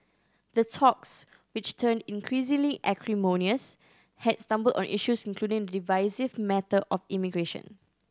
the talks which turned increasingly acrimonious had stumbled on issues including the divisive matter of immigration